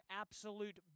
absolute